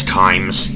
times